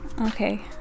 okay